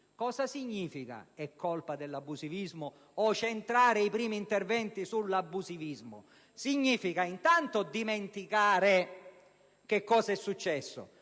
Cosa significa "è colpa dell'abusivismo" o "incentrare i primi interventi sull'abusivismo"? Significa intanto dimenticare cosa è successo,